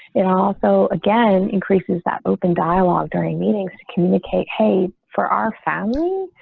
and also, again, increases that open dialogue during meetings to communicate. hey, for our family.